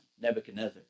Nebuchadnezzar